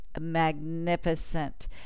magnificent